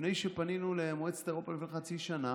לפני שפנינו למועצת אירופה לפני חצי שנה